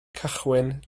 cychwyn